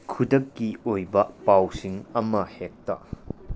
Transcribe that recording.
ꯈꯨꯗꯛꯀꯤ ꯑꯣꯏꯕ ꯄꯥꯎꯁꯤꯡ ꯑꯃ ꯍꯦꯛꯇ